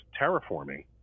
terraforming